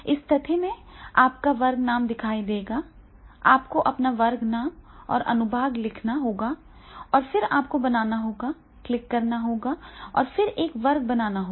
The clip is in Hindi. इस स्थिति में आपका वर्ग नाम दिखाई देगा आपको अपना वर्ग नाम और अनुभाग लिखना होगा और फिर आपको बनाना होगा क्लिक करना होगा और फिर एक वर्ग बनाना होगा